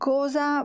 cosa